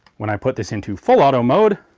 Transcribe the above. when i put this into full-auto mode,